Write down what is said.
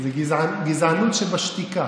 זה גזענות שבשתיקה.